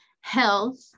health